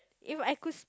if I could